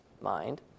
mind